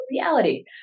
reality